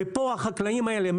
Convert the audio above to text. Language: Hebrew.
ופה החקלאים האלה,